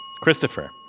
Christopher